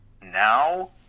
now